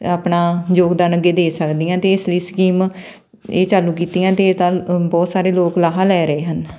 ਆਪਣਾ ਯੋਗਦਾਨ ਅੱਗੇ ਦੇ ਸਕਦੀਆਂ ਅਤੇ ਇਸ ਲਈ ਸਕੀਮ ਇਹ ਚਾਲੂ ਕੀਤੀਆਂ ਅਤੇ ਬਹੁਤ ਸਾਰੇ ਲੋਕ ਲਾਹਾ ਲੈ ਰਹੇ ਹਨ